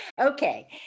Okay